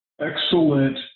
excellent